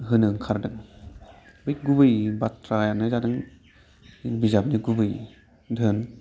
होनो ओंखारदों बे गुबै बाथ्रायानो जादों बिजाबनि गुबै धोन